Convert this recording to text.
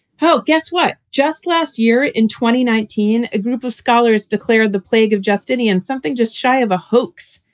so guess what? just last year in twenty nineteen, a group of scholars declared the plague of justinian something just shy of a hoax,